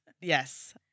Yes